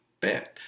Bad